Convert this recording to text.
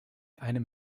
einem